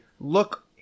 look